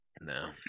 no